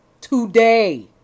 today